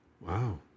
Wow